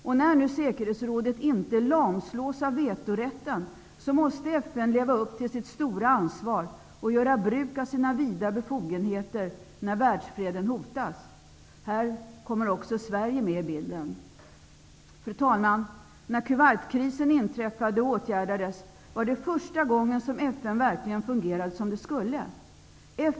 Och när nu säkerhetsrådet inte lamslås av vetorätten, måste FN leva upp till sitt stora ansvar och göra bruk av sina vida befogenheter när världsfreden hotas. Här kommer också Sverige med i bilden. Fru talman! När Kuwaitkrisen inträffade och åtgärdades var det första gången som FN verkligen fungerade som det skulle.